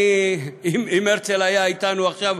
אם הרצל היה אתנו עכשיו,